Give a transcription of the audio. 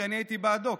ואני הייתי בעדו,